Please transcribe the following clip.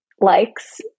likes